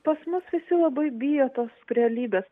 pas mus visi labai bijo tos realybės